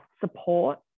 support